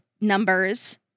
numbers